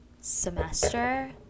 semester